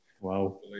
Wow